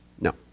No